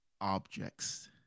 objects